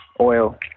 oil